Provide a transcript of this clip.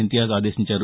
ఇంతియాజ్ ఆదేశించారు